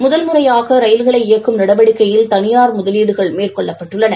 முதல் முறையாக ரயில்களை இயக்கும் நடவடிக்கையில் தனியார் முதலீடுகள் மேற்கொள்ளப்பட்டுள்ளன